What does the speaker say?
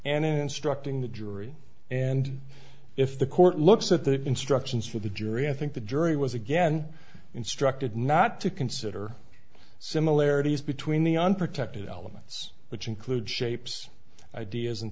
and instructing the jury and if the court looks at the instructions for the jury i think the jury was again instructed not to consider similarities between the unprotected elements which include shapes ideas and